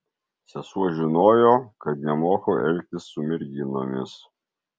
sesuo žinojo kad nemoku elgtis su merginomis